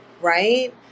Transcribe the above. right